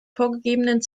vorgegebenen